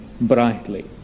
brightly